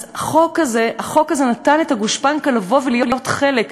אז החוק הזה נתן את הגושפנקה לבוא ולהיות חלק.